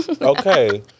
Okay